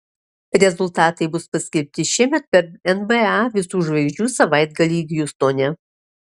rezultatai bus paskelbti šiemet per nba visų žvaigždžių savaitgalį hjustone